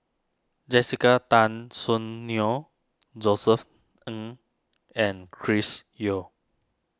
Jessica Tan Soon Neo Josef Ng and Chris Yeo